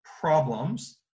problems